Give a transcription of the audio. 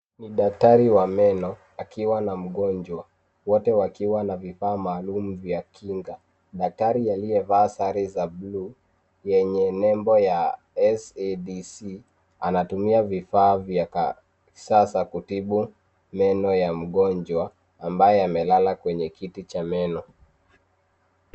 Ni daktari wa meno akiwa na mgonjwa. Wote wakiwa na vifaa maalum vya kinga. Daktari aliyevaa sare za blue ,yenye nembo ya SABC ,anatumia vifaa vya kisasa kutibu meno ya mgonjwa ,ambaye amelala kwenye kiti cha meno.